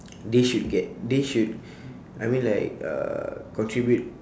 they should get they should I mean like uh contribute